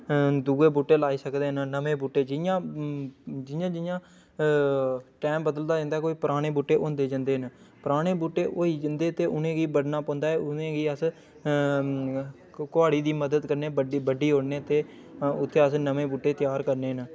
दूए बूह्टे लाई सकदे न नमें बूह्टे जि'यां जि'यां जि'यां टाइम बदलदा जंदा कोई पराने बूह्टे होंदे जंदे न पराने बूह्टे होई जंंदे ते उ'नें गी बड्ढना पौंदा ऐ उ'नें गी अस कुहाड़ी दी मदद कन्नै बड बड्ढी ओड़ने ते उत्थें अस नमें बूह्टे त्यार करने न